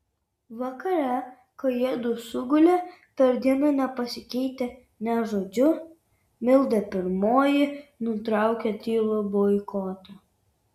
vakare kai jiedu sugulė per dieną nepasikeitę nė žodžiu milda pirmoji nutraukė tylų boikotą